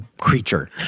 creature